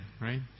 right